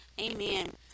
Amen